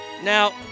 Now